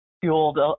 fueled